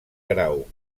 grau